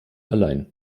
allein